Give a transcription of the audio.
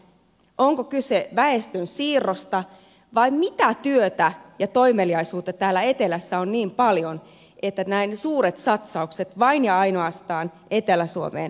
onko kyse väestönsiirrosta vai mitä työtä ja toimeliaisuutta täällä etelässä on niin paljon että näin suuret satsaukset vain ja ainoastaan etelä suomeen laitetaan